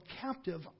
captive